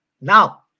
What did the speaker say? now